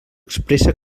expressa